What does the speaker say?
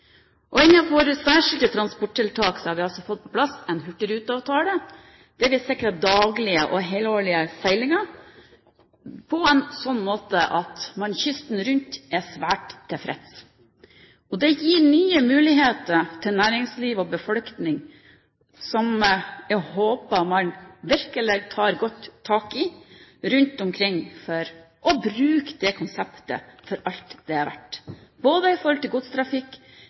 særskilte transporttiltak har vi altså fått på plass en hurtigruteavtale. Det vil sikre daglige og helårige seilinger på en sånn måte at man kysten rundt er svært tilfreds. Det gir nye muligheter til næringsliv og befolkning, som jeg håper man virkelig tar godt tak i rundt omkring, og bruker det konseptet for alt det er verdt, i forhold til både godstrafikk,